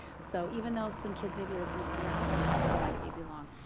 so even though some kids may be looking saying, yeah, other kids feel like they belong,